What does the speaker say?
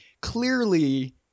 Clearly